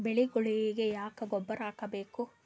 ಬೆಳಿಗೊಳಿಗಿ ಯಾಕ ಗೊಬ್ಬರ ಹಾಕಬೇಕು?